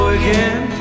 again